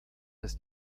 ist